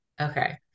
Okay